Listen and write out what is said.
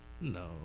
No